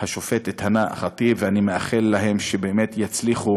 את השופטת הנא ח'טיב, ואני מאחל להם שבאמת יצליחו